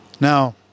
Now